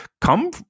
come